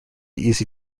easy